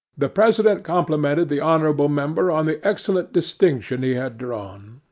the president complimented the honourable member on the excellent distinction he had drawn.